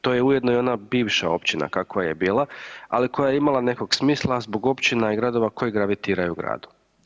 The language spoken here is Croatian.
To je ujedno i ona bivša općina kakva je bila, ali koja je imala nekakvog smisla zbog općina i gradova koje gravitiraju gradom.